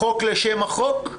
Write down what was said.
זה חוק לשם החוק?